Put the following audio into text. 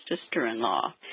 sister-in-law